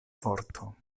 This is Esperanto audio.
forto